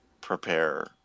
prepare